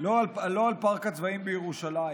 לא על פארק הצבאים בירושלים,